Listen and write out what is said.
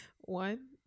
One